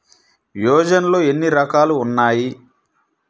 యోజనలో ఏన్ని రకాలు ఉన్నాయి?